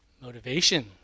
motivation